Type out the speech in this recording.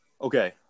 okay